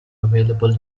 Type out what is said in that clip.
available